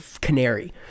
canary